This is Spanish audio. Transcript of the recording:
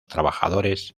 trabajadores